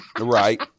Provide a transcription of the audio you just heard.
Right